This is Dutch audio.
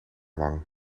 wang